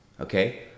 Okay